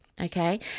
okay